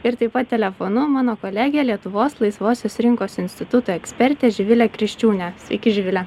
ir taip pat telefonu mano kolegė lietuvos laisvosios rinkos instituto ekspertė živilė kriščiūnė sveiki živile